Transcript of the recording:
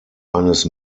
eines